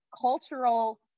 cultural